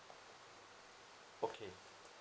okay